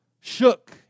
shook